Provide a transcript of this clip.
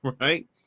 right